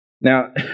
Now